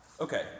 Okay